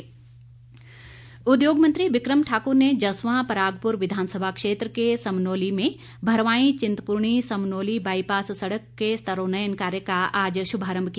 बिक्रम ठाक्र उद्योग मंत्री बिक्रम ठाकुर ने जस्वां परागपुर विधानसभा क्षेत्र के समनोली में भरवाई चिंतपूर्णी समनोली बाईपास सड़क के स्तरोन्नयन कार्य का आज शुभारंभ किया